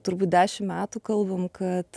turbūt dešim metų kalbam kad